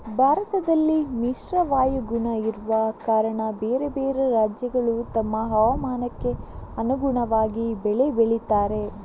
ಭಾರತದಲ್ಲಿ ಮಿಶ್ರ ವಾಯುಗುಣ ಇರುವ ಕಾರಣ ಬೇರೆ ಬೇರೆ ರಾಜ್ಯಗಳು ತಮ್ಮ ಹವಾಮಾನಕ್ಕೆ ಅನುಗುಣವಾಗಿ ಬೆಳೆ ಬೆಳೀತಾರೆ